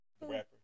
Rapper